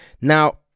Now